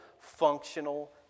functional